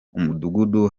umudugudu